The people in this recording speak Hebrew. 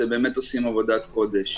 אתם באמת עושים עבודת קודש.